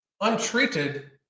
Untreated